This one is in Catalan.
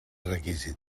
requisit